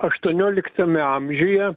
aštuonioliktame amžiuje